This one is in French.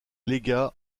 légat